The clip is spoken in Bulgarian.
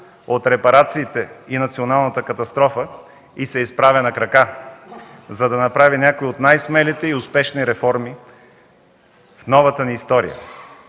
от репарациите и Националната катастрофа и се изправя на крака, за да направи някои от най-смелите и успешни реформи в новата ни история.